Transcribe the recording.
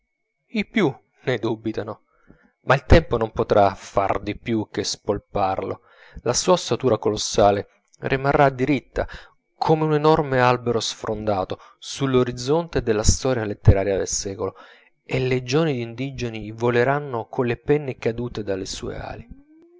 i più ne dubitano ma il tempo non potrà far di più che spolparlo la sua ossatura colossale rimarrà diritta come un enorme albero sfrondato sull'orizzonte della storia letteraria del secolo e legioni d'ingegni voleranno colle penne cadute dalle sue ali